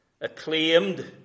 acclaimed